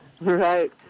Right